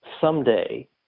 someday